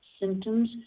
symptoms